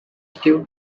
stew